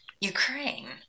ukraine